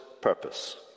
purpose